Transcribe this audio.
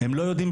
הם לא יודעות,